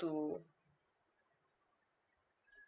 to